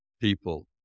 people